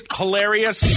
hilarious